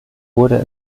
wurde